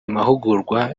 mahugurwa